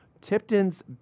Tipton's